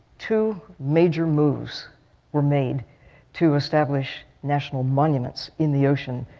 two major moves were made to establish national monuments in the ocean,